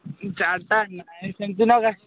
ଚାର୍ଟା ନାଇଁ ସେମିତି ଲଗା